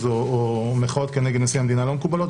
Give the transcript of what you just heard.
או מחאות נגד נשיא המדינה לא מקובלות,